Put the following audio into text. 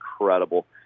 incredible